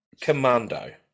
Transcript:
Commando